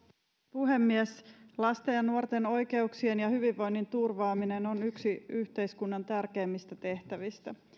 puhemies lasten ja nuorten oikeuksien ja hyvinvoinnin turvaaminen on yksi yhteiskunnan tärkeimmistä tehtävistä